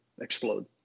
explode